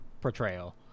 portrayal